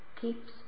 keeps